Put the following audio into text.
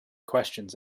questions